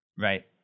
Right